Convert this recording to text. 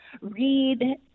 read